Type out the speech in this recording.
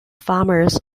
farmers